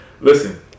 Listen